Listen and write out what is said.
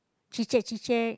chit-chat chit-chat